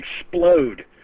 explode